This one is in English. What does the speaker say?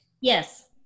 yes